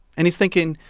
and he's thinking,